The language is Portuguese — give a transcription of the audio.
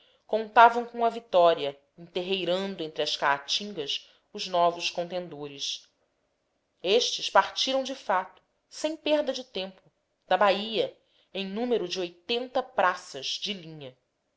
contavam com a vitória enterreirando entre as caatingas os novos contendores estes partiram de fato sem perda de tempo da bahia em número de oitenta praças de linha